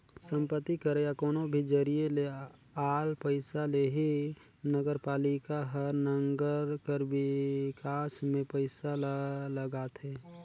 संपत्ति कर या कोनो भी जरिए ले आल पइसा ले ही नगरपालिका हर नंगर कर बिकास में पइसा ल लगाथे